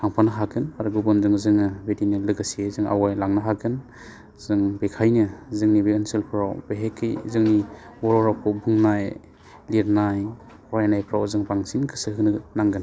थांफानो हागोन आरो गुबुनजों जोङो बिदिनो लोगोसेयै जों आवगायलांनो हागोन जों बेखायनो जोंनि बे ओनसोलफ्राव बेहेखि जोंनि बर' रावखौ बुंनाय लिरनाय फरायनायफ्राव जों बांसिन गोसो होनो नांगोन